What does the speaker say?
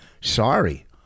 Sorry